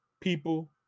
people